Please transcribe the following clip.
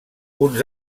uns